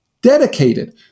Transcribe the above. dedicated